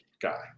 guy